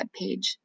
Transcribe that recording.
webpage